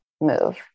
move